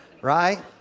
Right